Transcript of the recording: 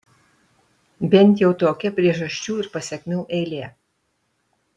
bent jau tokia priežasčių ir pasekmių eilė